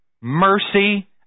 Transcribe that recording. mercy